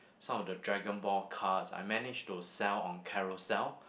some of the dragon ball cards I manage to sell on Carousell